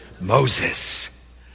Moses